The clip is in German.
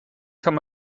kann